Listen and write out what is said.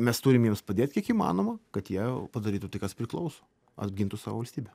mes turim jiems padėt kiek įmanoma kad jie padarytų tai kas priklauso atgintų savo valstybe